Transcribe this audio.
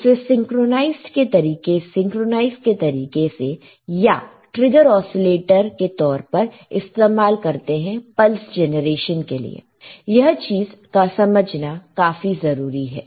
उसे सिंक्रोनाइज के तरीके से या ट्रिगर ओसीलेटर के तौर पर इस्तेमाल करते हैं पल्स जेनरेशन के लिए यह चीज समझना काफी जरूरी है